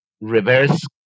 reverse